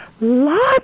Lots